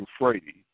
Euphrates